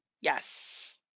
Yes